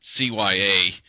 CYA